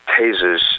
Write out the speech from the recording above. tasers